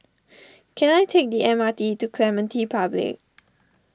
can I take the M R T to Clementi Public